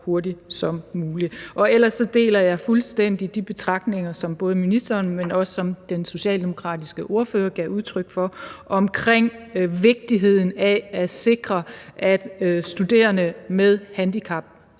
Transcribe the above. hurtigt som muligt. Ellers deler jeg fuldstændig de betragtninger, som både ministeren og den socialdemokratiske ordfører gav udtryk for omkring vigtigheden af at sikre, at studerende med handicap